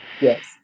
Yes